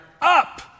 up